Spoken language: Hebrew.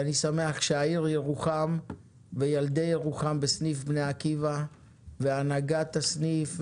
אני שמח שהעיר ירוחם וילדי ירוחם בסניף בני עקיבא והנהגת הסניף,